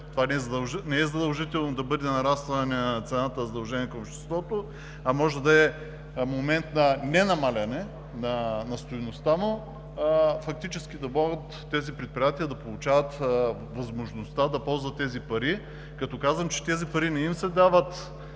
лев. Не е задължително да бъде нарастване на цената на задължение към обществото, а може да е момент на ненамаляване на стойността му и да могат тези предприятия да получат възможността да ползват тези пари, като казвам, че парите не им се дават,